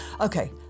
Okay